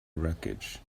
wreckage